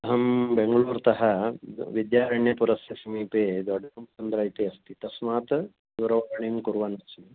अहं बेङ्गलूर्तः विद्यारण्यपुरस्य समीपे दोड्सन्द्र इति अस्ति तस्मात् दूरवाणीं कुर्वन्नस्मि